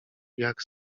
jak